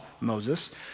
Moses